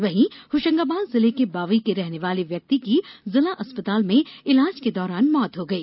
वहीं होशंगाबाद जिले के बावई के रहने वाले व्यक्ति की जिला अस्पताल में इलाज के दौरान मौत हो गई